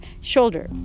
shoulder